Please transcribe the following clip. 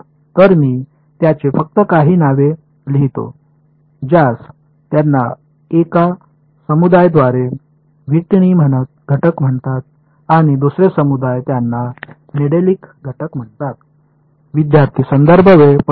तर मी त्यांचे फक्त काही नावे लिहितो ज्यास त्यांना एका समुदायाद्वारे व्हिटनी घटक म्हणतात आणि दुसरे समुदाय त्यांना नेडेलिक घटक म्हणतात